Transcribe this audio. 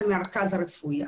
זה מרכז רפואי,